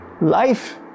life